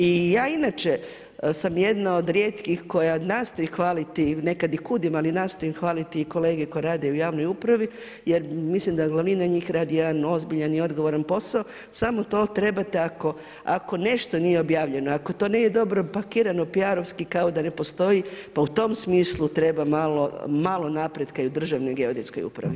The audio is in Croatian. I ja inače sam jedna od rijetkih koja nastoji hvaliti, nekad i kudim, ali nastojim hvaliti kolege koje rade u javnoj upravi jer mislim da glavnina njih radi jedan ozbiljan i odgovoran posao, samo to trebate ako nešto nije objavljeno, ako to nije dobro upakirano PR-vski kao da ne postoji pa u tom smislu treba malo naprijed kao i u Državnoj geodetskoj upravi.